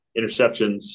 interceptions